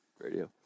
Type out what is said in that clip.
radio